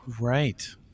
Right